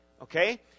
Okay